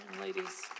ladies